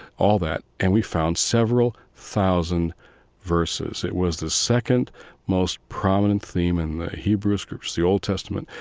all that, and we found several thousand verses. it was the second most prominent theme in the hebrew scripts, the old testament.